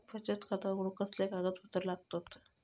बचत खाता उघडूक कसले कागदपत्र लागतत?